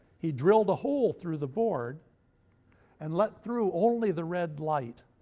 he drilled a hole through the board and let through only the red light,